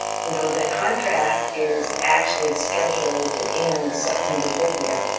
you know the contract is actually scheduled to end september thirtieth.